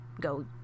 go